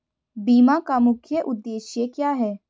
बीमा का मुख्य उद्देश्य क्या है?